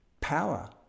Power